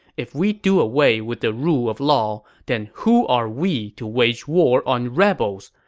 if we do away with the rule of law, then who are we to wage war on rebels?